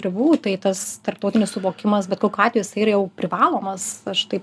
ribų tai tas tarptautinis suvokimas bet kokiu atveju jisai yra privalomas aš taip